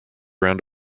around